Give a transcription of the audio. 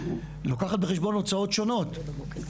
לוקחת בחשבון הוצאות שונות,